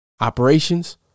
Operations